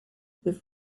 with